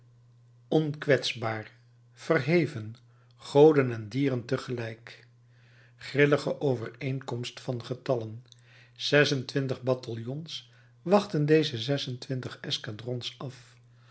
onkwetsbaar verheven goden en dieren tegelijk grillige overeenkomst van getallen zes-en-twintig bataljons wachtten deze zes-en-twintig escadrons af